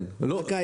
לא.